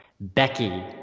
Becky